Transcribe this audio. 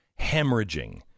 hemorrhaging